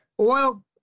oil